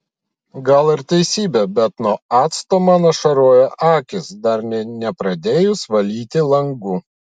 gal ir teisybė bet nuo acto man ašaroja akys dar nė nepradėjus valyti langų